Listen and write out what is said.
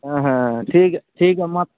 ᱦᱮᱸ ᱦᱮᱸ ᱴᱷᱤᱠ ᱜᱮᱭᱟ ᱴᱷᱤᱠ ᱜᱮᱭᱟ ᱢᱟ